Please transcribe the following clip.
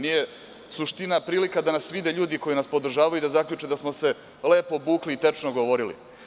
Nije suština prilika da nas vide ljudi koji nas podržavaju i da zaključe da smo se lepo obukli i tečno govorili.